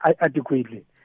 adequately